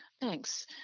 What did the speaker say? Thanks